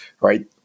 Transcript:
right